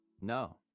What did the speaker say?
No